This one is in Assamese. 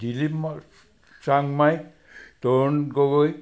দিলীপ চাংমাই তৰুণ গগৈ